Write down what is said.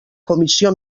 comissió